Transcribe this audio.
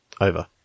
Over